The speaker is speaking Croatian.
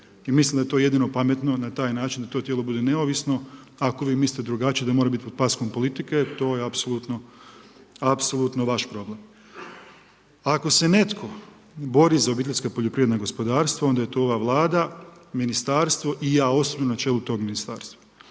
I mislim da je to jedino pametno na taj način da to tijelo bude neovisno. Ako vi mislite drugačije, da mora biti pod paskom politike, to je apsolutno vaš problem. Ako se netko bori za OPG-ove onda je to ova Vlada, Ministarstvo i ja osobno na čelu tog Ministarstva.